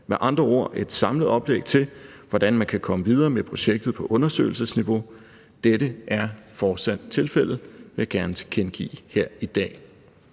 med andre ord et samlet oplæg til, hvordan man kan komme videre med projektet på undersøgelsesniveau. Dette er fortsat tilfældet, vil jeg gerne tilkendegive her i dag.